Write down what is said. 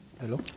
Hello